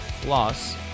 Plus